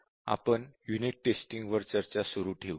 तर आपण unit testing वर चर्चा सुरू ठेवू